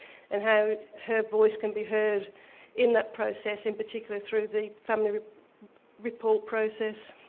and how her voice can be heard in that process, in particular through the family report process.